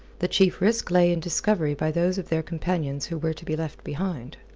the chief risk lay in discovery by those of their companions who were to be left behind.